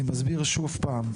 אני מסביר שוב פעם,